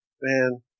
Man